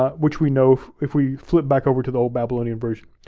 ah which we know if if we flip back over to the old babylonian version.